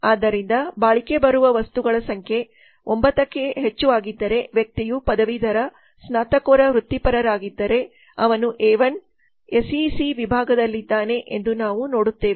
ಆದ್ದರಿಂದಬಾಳಿಕೆ ಬರುವ ವಸ್ತುಗಳ ಸಂಖ್ಯೆ 9 ಕ್ಕೆ ಹೆಚ್ಚು ಆಗಿದ್ದರೆ ಮತ್ತು ವ್ಯಕ್ತಿಯು ಪದವೀಧರ ಸ್ನಾತಕೋತ್ತರ ವೃತ್ತಿಪರರಾಗಿದ್ದರೆ ಅವನು ಎ 1 ಎಸ್ಇಸಿ ವಿಭಾಗದಲ್ಲಿದ್ದಾನೆ ಎoದು ನಾವು ನೋಡುತ್ತೇವೆ